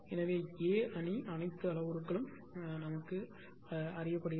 எனவே A அணி அனைத்து அளவுருக்கள் அறியப்படுகிறது